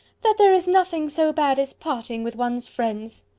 that there is nothing so bad as parting with one's friends.